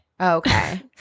Okay